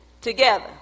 together